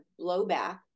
blowback